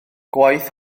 gwaith